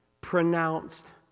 pronounced